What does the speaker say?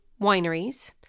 wineries